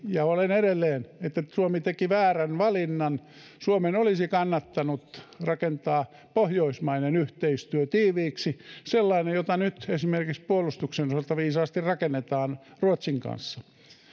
ja olen edelleen että suomi teki väärän valinnan suomen olisi kannattanut rakentaa pohjoismainen yhteistyö tiiviiksi sellaiseksi jota nyt esimerkiksi puolustuksen osalta viisaasti rakennetaan ruotsin kanssa